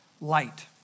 light